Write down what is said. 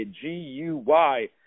G-U-Y